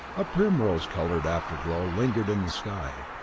a primrose-coloured afterglow lingered in the sky,